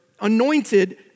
anointed